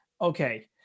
Okay